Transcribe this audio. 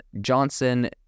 Johnson